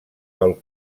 pel